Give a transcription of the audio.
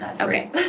Okay